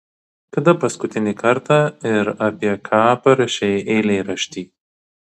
kada paskutinį kartą ir apie ką parašei eilėraštį